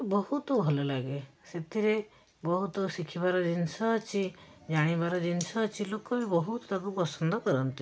ବହୁତ ଭଲଲାଗେ ସେଥିରେ ବହୁତ ଶିଖିବାର ଜିନିଷ ଅଛି ଜାଣିବାର ଜିନିଷ ଅଛି ଲୋକ ବି ବହୁତ ତାକୁ ପସନ୍ଦ କରନ୍ତି